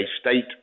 state